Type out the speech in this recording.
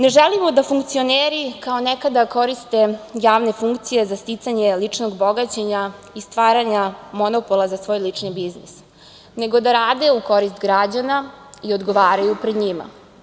Ne želimo da funkcioneri, kao nekada, koriste javne funkcije za sticanje ličnog bogaćenja i stvaranja monopola za svoj lični biznis, nego da rade u korist građana i odgovaraju pred njima.